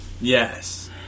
Yes